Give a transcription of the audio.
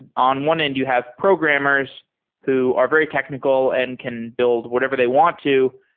and on one end, you have programmers who are very technical and can build whatever they want to.